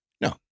No